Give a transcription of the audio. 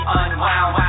unwound